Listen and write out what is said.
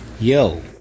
Yo